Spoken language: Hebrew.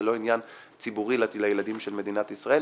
ולא עניין ציבורי לילדים של מדינת ישראל.